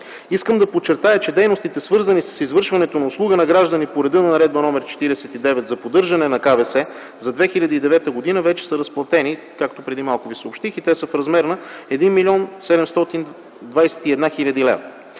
Искам да подчертая, че дейностите, свързани с извършването на услуга на граждани по реда на Наредба № 49 за поддържане на КВС, за 2009 г. вече са разплатени, както преди малко ви съобщих, и те са в размер на 1 млн. 721 хил. лв.